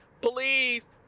please